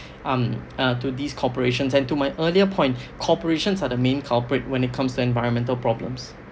um uh to these corporations and to my earlier point corporations are the main culprit when it comes to environmental problems